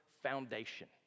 Foundation